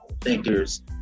thinkers